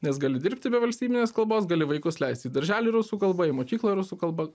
nes gali dirbti be valstybinės kalbos gali vaikus leisti į darželį rusų kalba ir į mokyklą rusų kalba